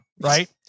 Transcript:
Right